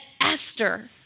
Esther